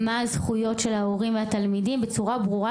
מה הזכויות של ההורים והתלמידים בצורה ברורה,